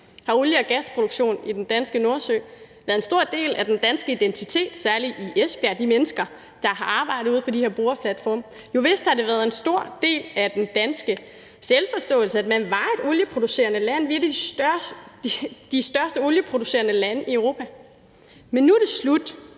har olie- og gasproduktion i den danske Nordsø været en stor del af den danske identitet, særlig i Esbjerg og for de mennesker, der har arbejdet ude på de her boreplatforme, og jovist har det været en stor del af den danske selvforståelse, at man var et olieproducerende land – vi er et af de største olieproducerende lande i Europa – men nu er det slut,